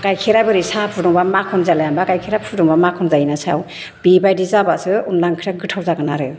गाइखेरा बोरै साहा फुदुंबा माख'न जालायलाया होमबा गाइखेरा फुदुंबा माख'न जायोना सायाव बेबायदि जाबासो अनला ओंख्रिया गोथाव जागोन आरो